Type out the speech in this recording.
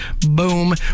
Boom